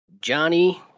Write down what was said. Johnny